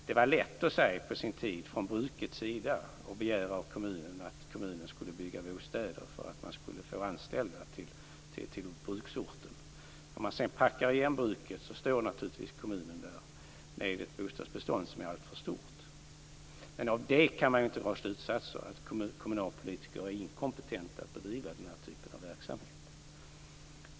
Det var på sin tid lätt att från brukets sida begära att kommunen skulle bygga bostäder för att man skulle få anställa till bruksorten. När man sedan packar igen bruket står naturligtvis kommunen där med ett bostadsbestånd som är alltför stort. Men av det kan man inte dra slutsatsen att kommunalpolitiker är inkompetenta att bedriva den här typen av verksamhet.